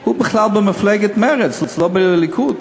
הוא בכלל במפלגת מרצ, לא בליכוד.